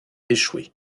échoué